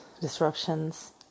Disruptions